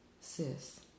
sis